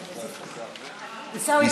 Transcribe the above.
עיסאווי,